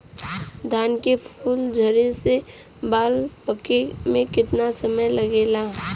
धान के फूल धरे से बाल पाके में कितना समय लागेला?